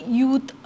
youth